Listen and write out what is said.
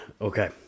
Okay